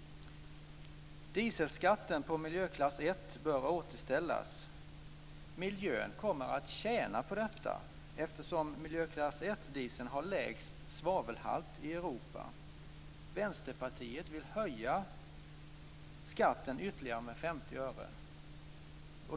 - Dieselskatten på miljöklass 1 bör återställas. Miljön kommer att tjäna på detta, eftersom MK1 dieseln har lägst svavelhalt i Europa. Vänsterpartiet vill höja skatten ytterligare med 50 öre.